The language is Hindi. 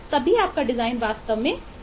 तभी आपका डिजाइन वास्तव में प्रभावी हो पाएगा